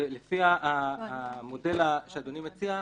ולפי המודל שאדוני מציע,